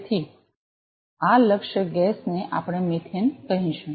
તેથી આ લક્ષ્ય ગેસ ને આપણે મિથેન કહીશું